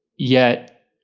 yet,